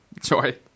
sorry